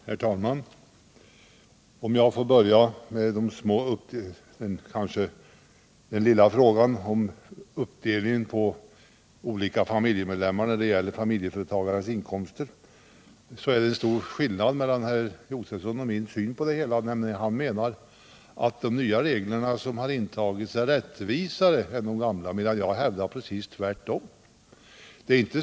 Herr talman! Om jag får börja med den lilla frågan om uppdelningen på olika familjemedlemmar av ett familjeföretags inkomster, vill jag framhålla att det är stor skillnad mellan min och herr Josefsons syn på det hela. Han menar att de nya reglerna är rättvisare än de gamla, medan jag hävdar att det är precis tvärtom.